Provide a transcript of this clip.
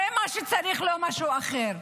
זה מה שצריך, לא משהו אחר.